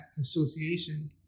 association